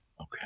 Okay